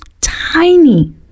tiny